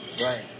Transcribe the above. Right